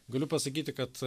galiu pasakyti kad